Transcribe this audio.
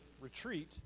retreat